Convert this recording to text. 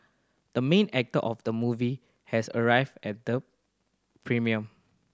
the main actor of the movie has arrived at the premiere